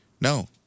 No